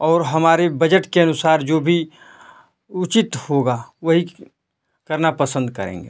और हमारे बजट के अनुसार जो भी उचित होगा वही करना पसंद करेंगे